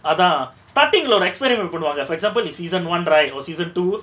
அதா:atha starting lah ஒரு:oru experiment ஒன்னு பன்னுவாங்க:onnu pannuvanga for example in season one right or season two